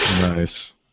Nice